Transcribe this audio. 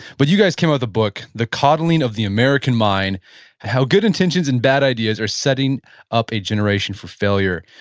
but you guys came out with a book, the coddling of the american mind how good intentions and bad ideas are setting up a generation for failure.